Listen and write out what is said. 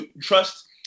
trust